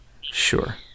Sure